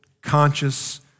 conscious